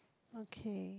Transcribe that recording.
okay